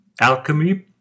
Alchemy